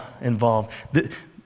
involved